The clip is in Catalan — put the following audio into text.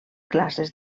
classes